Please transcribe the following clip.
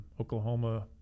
Oklahoma